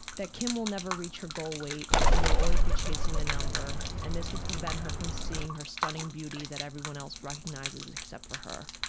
that kim will never reach her goal weight, and will always be chasing a number, and this will prevent her from seeing her stunning beauty that everyone recognizes and except for her.